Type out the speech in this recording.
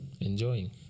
enjoying